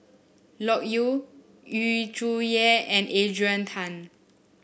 Loke Yew Yu Zhuye and Adrian Tan